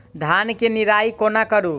धान केँ निराई कोना करु?